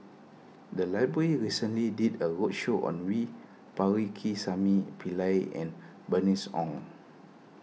the library recently did a roadshow on V Pakirisamy Pillai and Bernice Ong